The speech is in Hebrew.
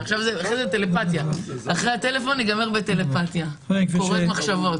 אחרי הטלפון זה ייגמר בטלפתיה, בקוראי מחשבות.